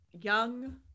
young